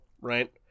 right